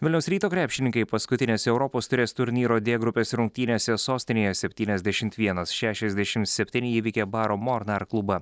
vilniaus ryto krepšininkai paskutinėse europos taurės turnyro d grupės rungtynėse sostinėje septyniasdešimt vienas šešiasdešim septyni įveikė baro mornar klubą